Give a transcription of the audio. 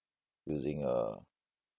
using err